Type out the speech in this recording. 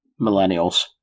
Millennials